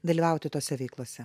dalyvauti tose veiklose